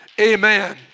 Amen